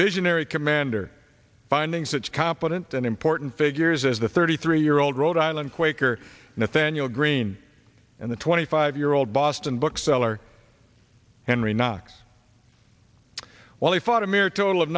visionary commander bindings that's competent and important figures as the thirty three year old rhode island quaker nathaniel green and the twenty five year old boston bookseller henry knox while he fought a mere total of